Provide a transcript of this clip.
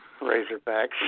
Razorbacks